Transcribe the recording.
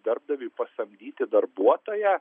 darbdaviui pasamdyti darbuotoją